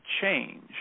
change